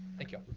thank you,